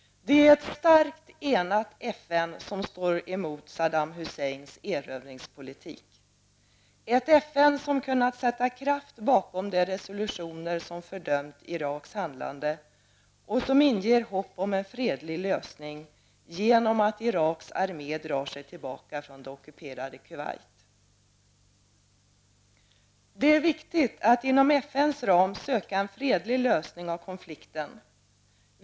Det är ett starkt enat FN som står emot Saddam Husseins erövringspolitik. Ett FN som kunnat sätta kraft bakom de resolutioner som fördömt Iraks handlande och som inger hopp om en fredlig lösning genom att Iraks armé drar sig tillbaka från det ockuperade Kuwait. Det är viktigt att inom FNs ram söka en fredlig lösning av konflikten.